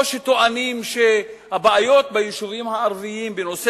או שטוענים שהבעיות ביישובים הערביים בנושא